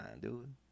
dude